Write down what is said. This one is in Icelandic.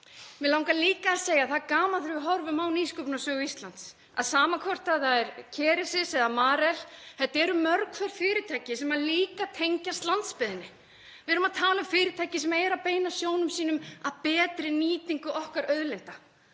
Mig langar líka að segja að það er gaman þegar við horfum á nýsköpunarsögu Íslands, sama hvort það er Kerecis eða Marel, að þetta eru mörg hver fyrirtæki sem tengjast líka landsbyggðinni. Við erum að tala um fyrirtæki sem beina sjónum sínum að betri nýtingu auðlinda